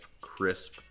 crisp